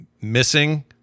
missing